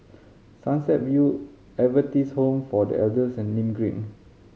Sunset View Adventist Home for The Elders and Nim Green